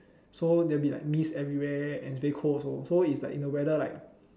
so there'll be like mist everywhere and it's very cold also so is like if the weather like